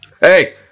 Hey